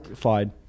slide